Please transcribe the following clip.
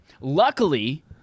luckily